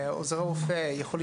הרופא.